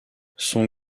son